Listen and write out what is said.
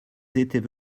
étaient